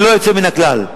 ללא יוצא מן הכלל,